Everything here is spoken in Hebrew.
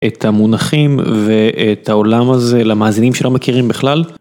את המונחים ואת העולם הזה למאזינים שלא מכירים בכלל.